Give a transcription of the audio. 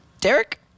Derek